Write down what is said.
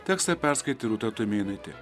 tekstą perskaitė rūta tumėnaitė